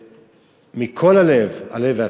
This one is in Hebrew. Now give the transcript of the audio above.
ומכל הלב, עלה והצלח.